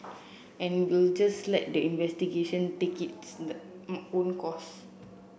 and we'll just let the investigation take its the own course